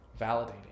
validating